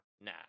Nah